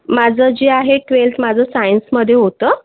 माझं जे आहे ट्वेल्थ माझं सायन्समध्ये होतं